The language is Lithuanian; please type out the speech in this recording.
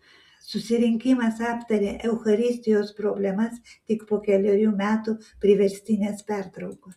susirinkimas aptarė eucharistijos problemas tik po kelerių metų priverstinės pertraukos